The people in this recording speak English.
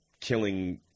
Killing